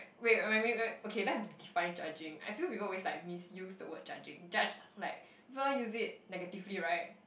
wait okay let's define judging I feel people always like misuse the word judging judge like people use it negatively right